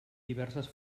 diverses